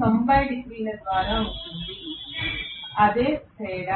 90 డిగ్రీల ద్వారా ఉంటుంది అన్ని తేడా